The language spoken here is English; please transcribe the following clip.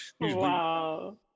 Wow